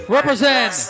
Represent